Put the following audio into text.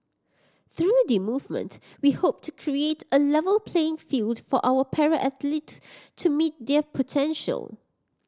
through the movement we hope to create a level playing field for our para athlete to meet their potential